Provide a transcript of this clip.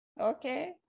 okay